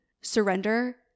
Surrender